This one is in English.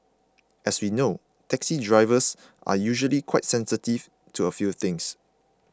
as we know taxi drivers are usually quite sensitive to a few things